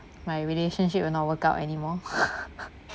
my relationship will not work out anymore